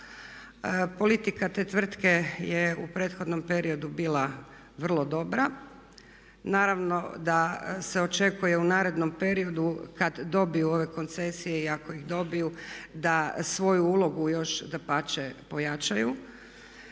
Politika te tvrtke je u prethodnom periodu bila vrlo dobra. Naravno da se očekuje u narednom periodu kada dobiju ove koncesije i ako ih dobiju da svoju ulogu još dapače pojačaju.